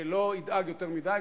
שלא ידאג יותר מדי.